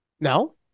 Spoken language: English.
No